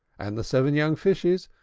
and the seven young fishes,